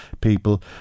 people